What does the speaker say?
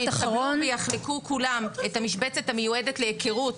שיתכבדו ויחלקו כולם את המשבצת המיועדת להכרות,